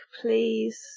please